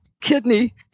kidney